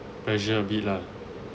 pressure a bit lah